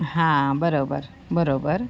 हां बरोबर बरोबर